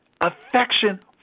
affection